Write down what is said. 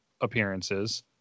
appearances